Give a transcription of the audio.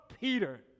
Peter